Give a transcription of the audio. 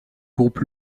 groupe